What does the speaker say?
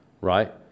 right